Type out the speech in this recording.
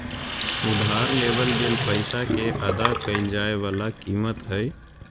उधार लेवल गेल पैसा के अदा कइल जाय वला कीमत हइ